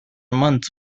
months